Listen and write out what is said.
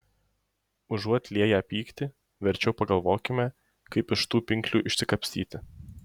užuot lieję pyktį verčiau pagalvokime kaip iš tų pinklių išsikapstyti